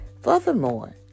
Furthermore